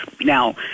Now